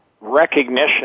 recognition